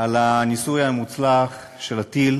על הניסוי המוצלח של הטיל